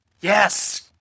Yes